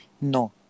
no